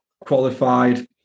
qualified